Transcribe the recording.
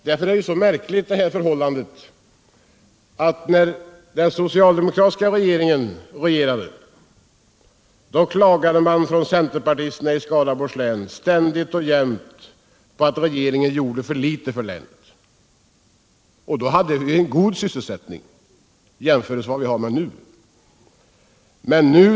Det är ett mycket märkligt förhållande att under den socialdemokratiska regeringens tid klagade centerpartisterna i Skaraborgs län ständigt och jämt på att regeringen gjorde för litet för länet. Då hade vi en god sysselsättning jämfört med vad vi har nu.